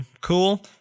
Cool